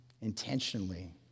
intentionally